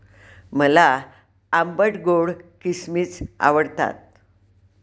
मला आंबट गोड किसमिस आवडतात